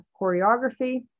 choreography